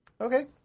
Okay